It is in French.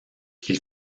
qu’il